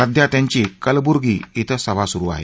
सध्या त्यांची कलबुर्गी क्रं सभा सुरू आहे